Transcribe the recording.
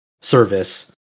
service